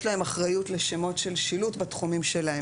להם אחריות לשמות של שילוט בתחומים שלהם.